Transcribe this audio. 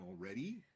already